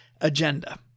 agenda